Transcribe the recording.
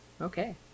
Okay